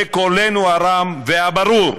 בקולנו הרם והברור,